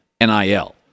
NIL